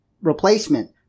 replacement